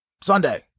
Sunday